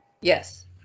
Yes